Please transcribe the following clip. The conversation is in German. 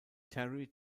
terry